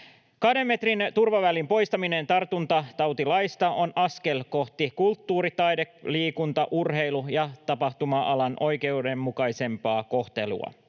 Kahden metrin turvavälin poistaminen tartuntatautilaista on askel kohti kulttuuri‑, taide‑, liikunta‑, urheilu‑ ja tapahtuma-alan oikeudenmukaisempaa kohtelua,